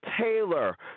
Taylor